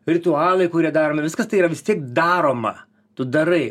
ritualai kurie daromi viskas tai yra vis tiek daroma tu darai